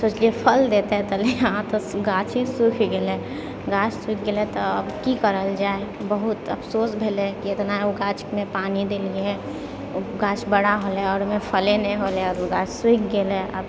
सोचलिए फल देतै तऽ यहाँ तऽ गाछे सुखि गेलै गाछ सुखि गेलै तऽ आब की करल जाइ बहुत अफसोस भेलै किएक तऽ ओतना ओ गाछमे पानी देलिए ओ गाछ बड़ा होलै आओर ओहिमे फले नहि होलै आओर ओ गाछ सुखि गेलै आब